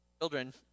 Children